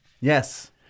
Yes